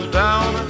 down